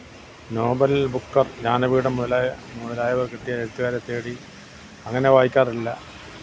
Nobel book of Jnanpith മുതലായവ കിട്ടിയ എഴുത്തുകാരെ തേടി അങ്ങനെ വായിക്കാറില്ല